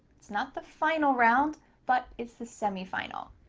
it's not the final round but it's the semi-final.